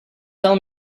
tell